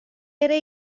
ere